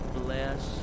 bless